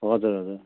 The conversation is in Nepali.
हजुर हजुर